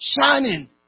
Shining